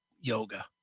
yoga